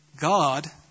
God